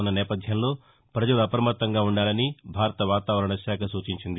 వున్న నేపధ్యంలో వజలు అవమత్తంగా ఉండాలని భారత వాతావరణ శాఖ నూచించింది